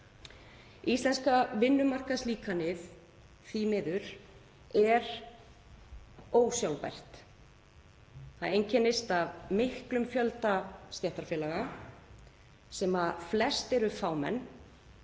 Íslenska vinnumarkaðslíkanið er því miður ósjálfbært. Það einkennist af miklum fjölda stéttarfélaga, sem flest eru fámenn,